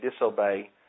disobey